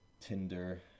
tinder